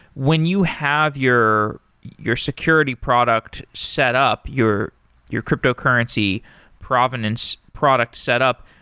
when you have your your security product set up, your your cryptocurrency provenance product set up,